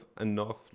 enough